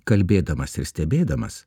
kalbėdamas ir stebėdamas